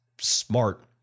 smart